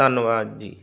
ਧੰਨਵਾਦ ਜੀ